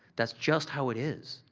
that's just how it is.